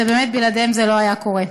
ובאמת בלעדיהם זה לא היה קורה.